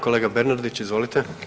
Kolega Bernardić, izvolite.